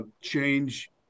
change